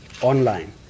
online